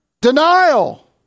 Denial